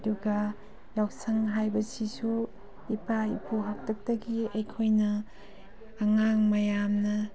ꯑꯗꯨꯒ ꯌꯥꯎꯁꯪ ꯍꯥꯏꯕꯁꯤꯁꯨ ꯏꯄꯥ ꯏꯄꯨ ꯍꯥꯛꯇꯛꯇꯒꯤ ꯑꯩꯈꯣꯏꯅ ꯑꯉꯥꯡ ꯃꯌꯥꯝꯅ